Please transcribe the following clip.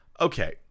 Okay